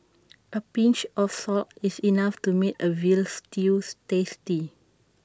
A pinch of salt is enough to make A Veal Stew tasty